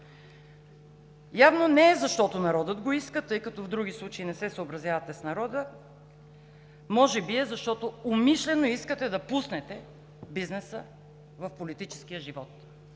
Явно не е, защото народът го иска, тъй като в други случаи не се съобразявате с народа. Може би е, защото умишлено искате да пуснете бизнеса в политическия живот.